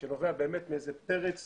שנובע מאיזה פרץ